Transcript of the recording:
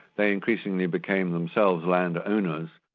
they increasingly became themselves land owners.